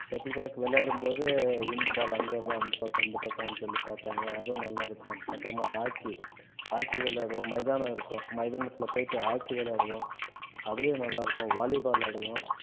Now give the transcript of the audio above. shuttlecock விளையாடும்போது இந்த ball அங்கே வருதா அந்த பக்கம் இந்த பக்கோம் சொல்லி பார்ப்பாங்க அதுவும் நல்லா இருக்கும் அப்புறமா ஹாக்கி ஹாக்கி விளையாடுவோம் மைதானம் இருக்கும் மைதானத்தில் போய்ட்டு ஆக்கி விளையாடுவோம் அதுலேயும் நல்லா இருக்கும் வாலிபால் விளாடுவோம்